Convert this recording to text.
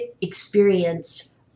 experience